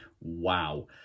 Wow